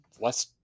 less